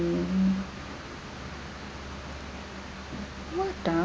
what ah